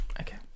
okay